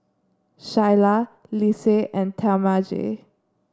Shyla Lise and Talmage